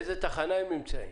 באיזו תחנה הם נמצאים?